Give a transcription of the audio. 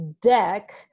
deck